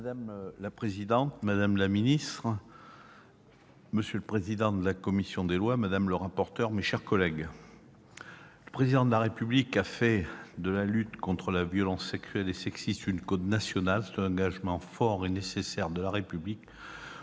Madame la présidente, madame la secrétaire d'État, monsieur le président de la commission des lois, madame le rapporteur, mes chers collègues, le Président de la République a fait de la lutte contre les violences sexuelles et sexistes une cause nationale- c'est un engagement fort et nécessaire de la République